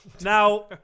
Now